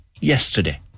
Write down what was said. yesterday